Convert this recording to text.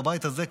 בבית הזה,